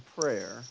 prayer